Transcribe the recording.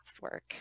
work